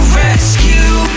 rescue